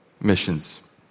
missions